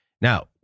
Now